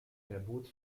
verbot